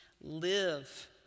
live